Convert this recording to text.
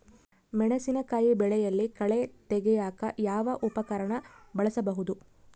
ಮೆಣಸಿನಕಾಯಿ ಬೆಳೆಯಲ್ಲಿ ಕಳೆ ತೆಗಿಯಾಕ ಯಾವ ಉಪಕರಣ ಬಳಸಬಹುದು?